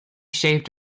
shaved